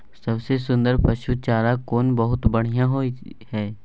सबसे सुन्दर पसु चारा कोन बहुत बढियां होय इ?